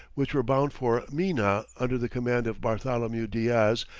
which were bound for mina under the command of bartholomew diaz,